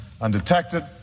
undetected